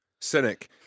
cynic